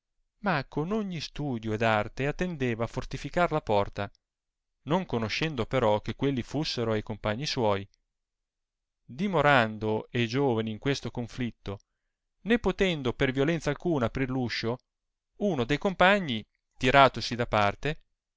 ma con ogni studio ed arte attendeva a fortificar la porta non conoscendo però che quelli fussero e compagni suoi dimorando e giovani in questo conflitto né potendo per violenza alcuna aprir r uscio uno de compagni tiratosi da parte